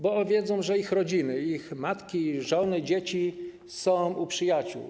Bo oni wiedzą, że ich rodziny, ich matki, żony, dzieci są u przyjaciół.